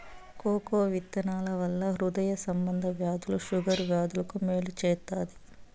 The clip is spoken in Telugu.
కోకో విత్తనాల వలన హృదయ సంబంధ వ్యాధులు షుగర్ వ్యాధులకు మేలు చేత్తాది